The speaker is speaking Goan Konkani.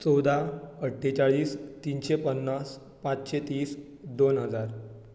चवदा अठ्ठेचाळीस तिनशें पन्नास पांचशें तीस दोन हजार